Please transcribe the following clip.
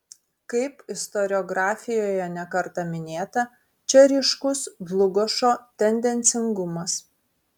kaip istoriografijoje ne kartą minėta čia ryškus dlugošo tendencingumas